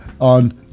on